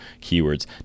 keywords